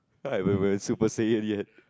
right we were in super